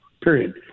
Period